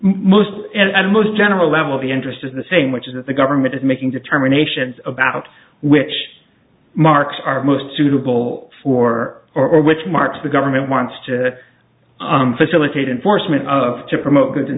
at most general level the interest is the same which is that the government is making determinations about which marks are most suitable for or which marks the government wants to facilitate and forstmann of to promote goods and